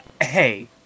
Hey